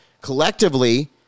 collectively